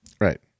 Right